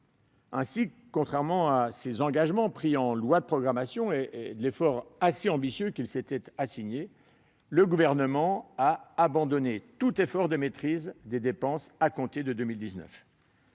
Ainsi, contrairement à ses engagements pris en loi de programmation et à l'effort assez ambitieux qu'il s'était assigné, le Gouvernement a abandonné tout effort de maîtrise des dépenses à compter de 2019.